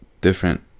different